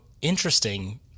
interesting